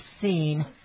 seen